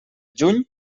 juny